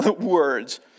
words